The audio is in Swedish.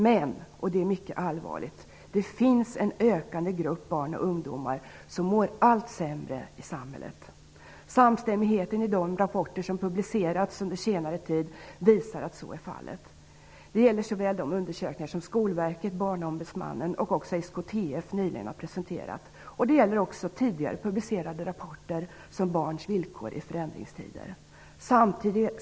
Men - och det är mycket allvarligt - det finns en ökande grupp barn och ungdomar som mår allt sämre i samhället. Samstämmigheten i de rapporter som publicerats under senare tid visar att så är fallet. Det gäller såväl de undersökningar som Skolverket och Barnombudsmannen nyligen har presenterat som den som SKTF har gjort. Det gäller också tidigare publicerade rapporter som Barns villkor i förändringstider.